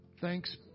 thanks